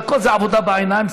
והכול זאת עבודה בעיניים,